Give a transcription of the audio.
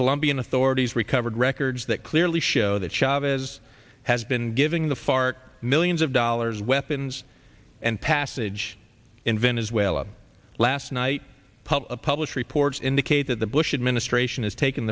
colombian authorities recovered records that clearly show that chavez has been giving the fark millions of dollars weapons and passage in venezuela last night pup published reports indicate that the bush administration has tak